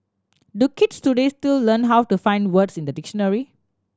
do kids today still learn how to find words in a dictionary